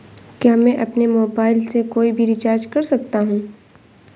क्या मैं अपने मोबाइल से कोई भी रिचार्ज कर सकता हूँ?